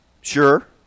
Sure